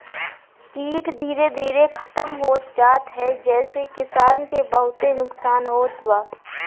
कीट धीरे धीरे खतम होत जात ह जेसे किसान के बहुते नुकसान होत बा